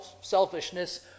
selfishness